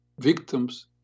victims